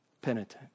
penitent